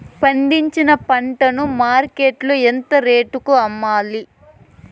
పండించిన పంట ను మార్కెట్ లో ఎంత రేటుకి అమ్మాలి?